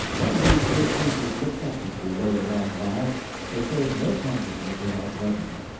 none of these poor creatures looked up as we rode along by they showed no consciousness of our presence.